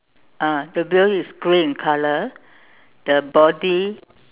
ah the wheel is grey in colour the body